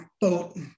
boat